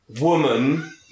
woman